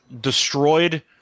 destroyed